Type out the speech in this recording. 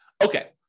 Okay